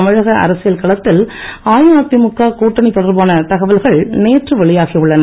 தமிழக களத்தில் அதிமுக கூட்டணித் தொடர்பான தகவல்கள் நேற்று வெளியாகி உள்ளன